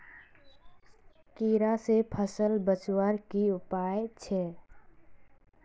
कीड़ा से फसल बचवार की उपाय छे?